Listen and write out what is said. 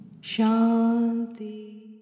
Shanti